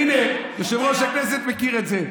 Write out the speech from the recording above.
הינה, יושב-ראש הכנסת מכיר את זה.